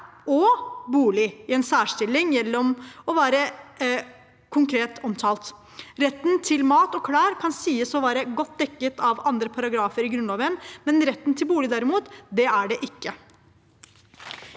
og bolig i en særstilling gjennom å være konkret omtalt. Retten til mat og klær kan sies å være godt dekket av andre paragrafer i Grunnloven, men retten til bolig er det derimot ikke.